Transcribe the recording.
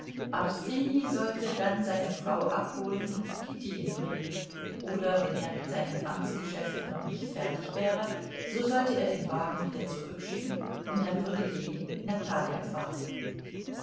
sollte dann seine frau abholen und zu kitty hinbringen oder wenn er mit seinen amtsgeschäften noch nicht fertig wäre so sollte er den wagen wieder zurückschicken und dann würde ljewin mit natalja fahren